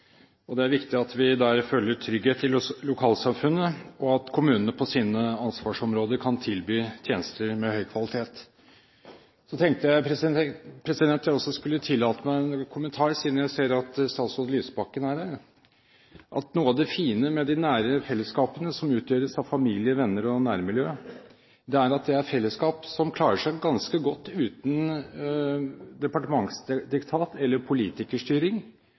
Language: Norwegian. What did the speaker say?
samfunnet. Det er viktig at vi føler trygghet i lokalsamfunnet, og at kommunene på sine ansvarsområder kan tilby tjenester av høy kvalitet. Så tenkte jeg at jeg også skulle tillate meg en kommentar, siden jeg ser at statsråd Lysbakken er her, om at noe av det fine med de nære fellesskapene som utgjøres av familie, venner og nærmiljø, er at det er fellesskap som klarer seg ganske godt uten departementsdiktat eller politikerstyring